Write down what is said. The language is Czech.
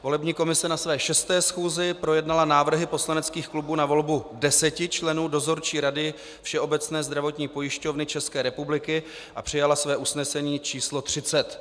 Volební komise na své 6. schůzi projednala návrhy poslaneckých klubů na volbu deseti členů Dozorčí rady Všeobecné zdravotní pojišťovny České republiky a přijala své usnesení číslo 30.